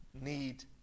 need